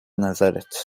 نظرت